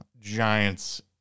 giants